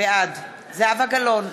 בעד זהבה גלאון,